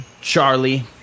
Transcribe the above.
Charlie